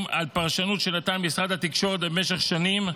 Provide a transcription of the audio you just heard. על פרשנות שנתן משרד התקשורת במשך שנים,